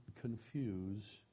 confuse